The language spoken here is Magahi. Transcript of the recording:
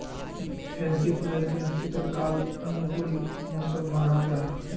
फैंसी फुलेर तने शीतकाल अनुकूल मौसम मानाल जाहा